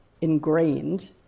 ingrained